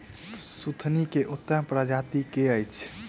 सुथनी केँ उत्तम प्रजाति केँ अछि?